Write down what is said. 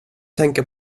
tänka